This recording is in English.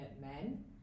men